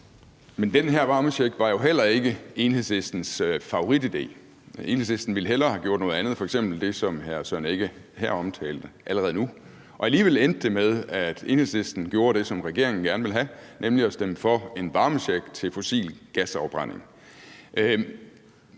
Men den her varmecheck var jo heller ikke Enhedslistens favoritidé. Enhedslisten ville hellere have gjort noget andet allerede nu, f.eks. det, som hr. Søren Egge Rasmussen her omtalte. Alligevel endte det med, at Enhedslisten gjorde det, som regeringen gerne ville have, nemlig stemte for en varmecheck i forbindelse med fossil gasafbrænding.